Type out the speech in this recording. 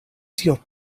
tio